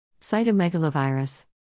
Cytomegalovirus